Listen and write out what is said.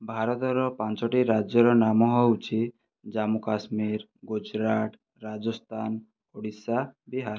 ଭାରତର ପାଞ୍ଚୋଟି ରାଜ୍ୟର ନାମ ହେଉଛି ଜାମ୍ମୁକାଶ୍ମୀର ଗୁଜୁରାଟ ରାଜସ୍ତାନ ଓଡ଼ିଶା ବିହାର